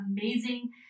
amazing